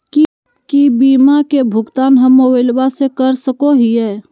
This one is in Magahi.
की बीमा के भुगतान हम मोबाइल से कर सको हियै?